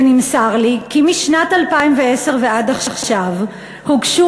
ונמסר לי כי משנת 2010 ועד עכשיו הוגשו